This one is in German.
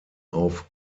auf